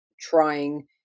trying